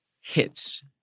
hits